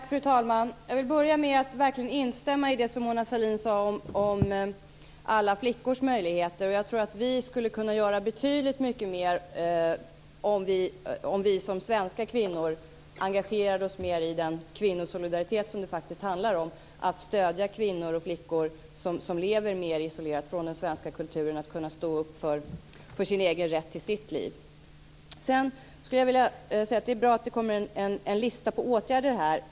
Fru talman! Jag vill börja med att verkligen instämma i det som Mona Sahlin sade om alla flickors möjligheter. Jag tror att vi skulle kunna göra betydligt mer om vi som svenska kvinnor engagerade oss mer i den kvinnosolidaritet som det faktiskt handlar om, alltså att stödja kvinnor och flickor som lever mer isolerat från den svenska kulturen att kunna stå upp för sin egen rätt till sitt liv. Sedan vill jag säga att det är bra att det kommer en lista på åtgärder här.